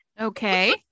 Okay